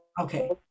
okay